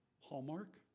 Hallmark